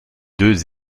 deux